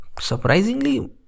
surprisingly